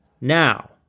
Now